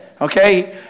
okay